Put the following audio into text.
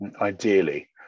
ideally